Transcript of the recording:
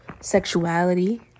sexuality